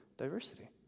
Diversity